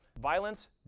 violence